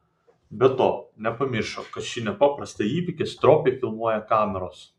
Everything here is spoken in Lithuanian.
be to nepamiršo kad šį nepaprastą įvykį stropiai filmuoja kameros